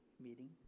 meeting